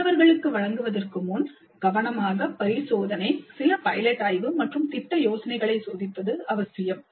மாணவர்களுக்கு வழங்குவதற்கு முன் கவனமாக பரிசோதனை சில பைலட் ஆய்வு மற்றும் திட்ட யோசனைகளை சோதிப்பது அவசியம்